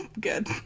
Good